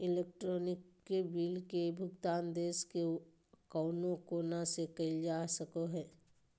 electronic bill के भुगतान देश के कउनो कोना से करल जा सको हय